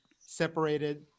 separated